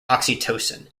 oxytocin